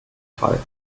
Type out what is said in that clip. fall